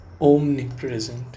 omnipresent